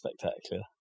spectacular